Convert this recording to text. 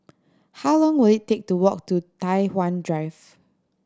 how long will it take to walk to Tai Hwan Drive